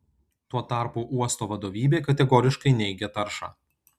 tuo tarpu uosto vadovybė kategoriškai neigia taršą